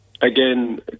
again